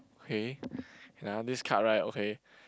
K and ah this card right okay